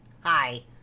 Hi